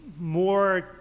more